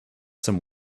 some